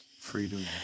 Freedom